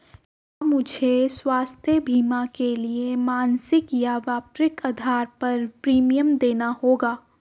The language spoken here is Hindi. क्या मुझे स्वास्थ्य बीमा के लिए मासिक या वार्षिक आधार पर प्रीमियम देना होगा?